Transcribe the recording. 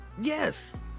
Yes